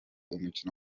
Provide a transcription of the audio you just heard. umukino